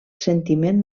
sentiment